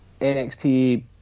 NXT